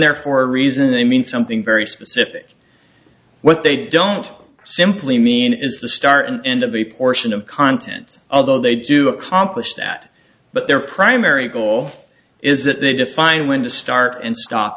there for a reason they mean something very specific what they don't simply mean is the start and end of the portion of contents although they do accomplish that but their primary goal is that they define when to start and stop